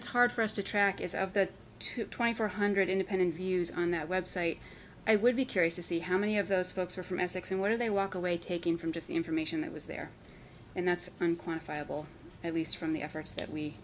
that's hard for us to track is of the two twenty four hundred independent views on that website i would be curious to see how many of those folks are from essex and what are they walk away taking from just the information that was there and that's unclassifiable at least from the efforts that we